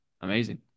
amazing